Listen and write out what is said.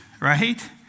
right